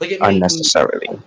Unnecessarily